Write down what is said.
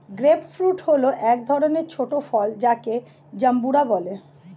grape fruit হল এক ধরনের ছোট ফল যাকে জাম্বুরা বলে